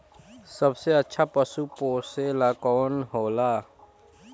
सबसे अच्छा पशु पोसेला कौन होला?